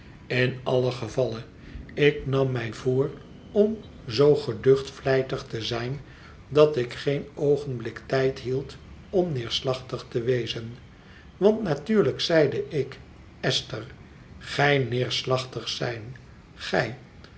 in allen gevalle ik nam mij voor om zoo geducht vlijtig te zijn dat ik geen oogenblik tijd hield om neerslachtig te wezen want natuurlijk zeide ik esther gij neerslachtig zijn